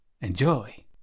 Enjoy